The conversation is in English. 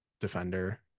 defender